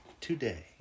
today